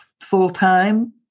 full-time